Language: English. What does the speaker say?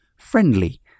friendly